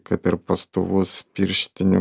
kad ir pastovus pirštinių